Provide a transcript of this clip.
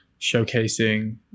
showcasing